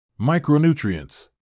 Micronutrients